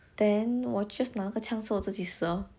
then 我 just 拿那个枪射我自己死 lor